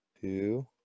Two